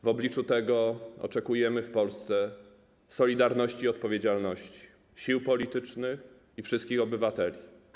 W obliczu tego oczekujemy w Polsce solidarności i odpowiedzialności sił politycznych i wszystkich obywateli.